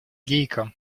гейка